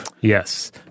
Yes